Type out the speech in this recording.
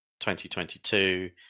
2022